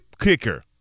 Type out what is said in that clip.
kicker